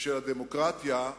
של הדמוקרטיה.